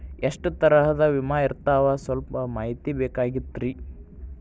ಎಷ್ಟ ತರಹದ ವಿಮಾ ಇರ್ತಾವ ಸಲ್ಪ ಮಾಹಿತಿ ಬೇಕಾಗಿತ್ರಿ